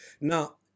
Now